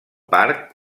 parc